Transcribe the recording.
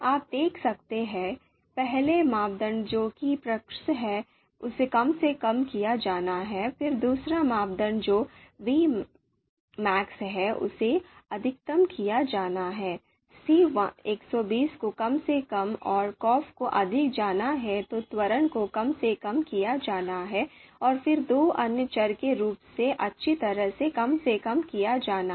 आप देख सकते हैं पहला मापदंड जो कि प्रिक्स है उसे कम से कम किया जाना है फिर दूसरा मापदंड जो Vmax है उसे अधिकतम किया जाना है C120 को कम से कम और Coff को अधिकतम किया जाना है तो त्वरण को कम से कम किया जाना है और फिर दो अन्य चर के रूप में अच्छी तरह से कम से कम किया जाना है